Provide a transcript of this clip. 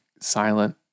silent